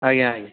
ଆଜ୍ଞା ଆଜ୍ଞା